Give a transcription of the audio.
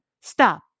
Stop